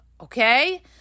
okay